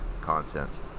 content